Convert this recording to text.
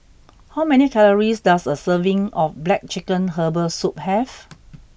how many calories does a serving of Black Chicken Herbal Soup have